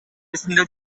эсимде